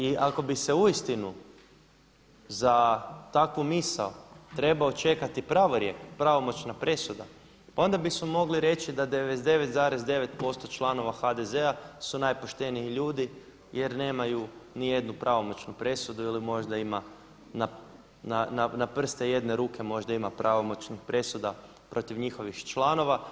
I ako bi se uistinu za takvu misao trebao čekati pravorijek, pravomoćna presuda, pa onda bismo mogli reći da 99,9% članova HDZ-a su najpošteniji ljudi jer nemaju ni jednu pravomoćnu presudu ili možda ima, na prste jedne ruke možda ima pravomoćnih presuda protiv njihovih članova.